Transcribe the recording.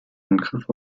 angriff